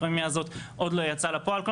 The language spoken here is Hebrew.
הפרמיה הזאת עוד לא יצאה לפועל,